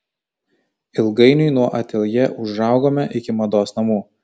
ilgainiui nuo ateljė užaugome iki mados namų